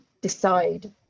decide